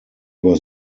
was